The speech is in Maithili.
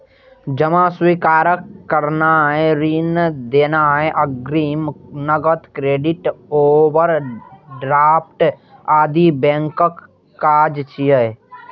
जमा स्वीकार करनाय, ऋण देनाय, अग्रिम, नकद, क्रेडिट, ओवरड्राफ्ट आदि बैंकक काज छियै